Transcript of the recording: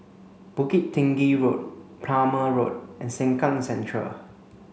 Bukit Tinggi Road Plumer Road and Sengkang Central